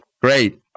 Great